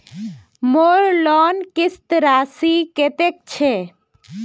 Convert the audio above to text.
मोर लोन किस्त राशि कतेक छे?